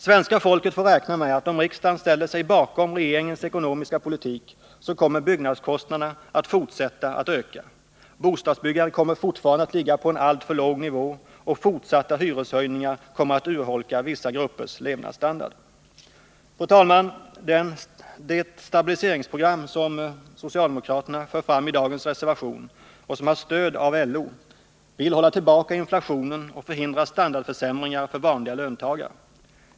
Svenska folket får räkna med att om riksdagen ställer sig bakom regeringens ekonomiska politik så kommer byggnadskostnaderna att fortsätta att öka, bostadsbyggandet kommer att ligga på en alltför låg nivå och fortsatta hyreshöjningar kommer att urholka vissa gruppers levnadsstandard. Fru talman! Det stabiliseringsprogram som socialdemokraterna för fram i dagens reservation och som har stöd av LO vill hålla tillbaka inflationen och förhindra standardfö ringar för vanliga löntagare.